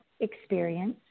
experience